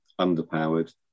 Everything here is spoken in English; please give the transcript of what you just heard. underpowered